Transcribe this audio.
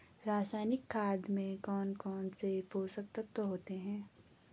रासायनिक खाद में कौन कौन से पोषक तत्व होते हैं?